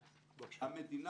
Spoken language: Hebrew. אחד, המדינה